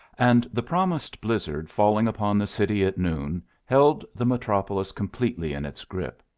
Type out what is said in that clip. and the promised blizzard falling upon the city at noon held the metropolis completely in its grip.